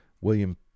William